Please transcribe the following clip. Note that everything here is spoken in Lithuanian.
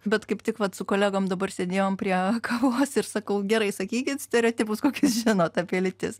bet kaip tik vat su kolegom dabar sėdėjom prie kavos ir sakau gerai sakykit stereotipus kokius žinot apie lytis